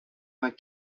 vingt